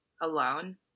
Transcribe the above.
alone